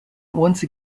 once